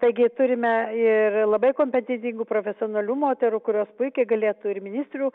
taigi turime ir labai kompetentingų profesionalių moterų kurios puikiai galėtų ir ministrų